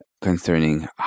concerning